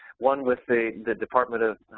one with the department of